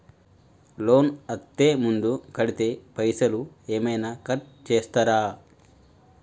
Loan అత్తే ముందే కడితే పైసలు ఏమైనా కట్ చేస్తరా?